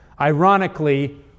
ironically